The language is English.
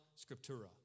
scriptura